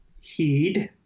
heed